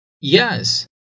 Yes